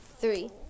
Three